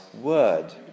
word